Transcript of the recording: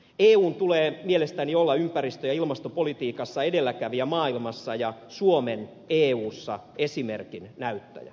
eun tulee mielestäni olla ympäristö ja ilmastopolitiikassa edelläkävijä maailmassa ja suomen eussa esimerkin näyttäjä